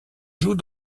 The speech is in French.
joue